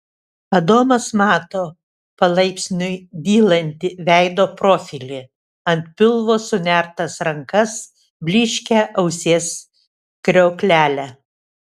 adomas mato palaipsniui dylantį veido profilį ant pilvo sunertas rankas blyškią ausies kriauklelę